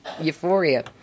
euphoria